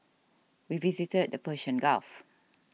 we visited the Persian Gulf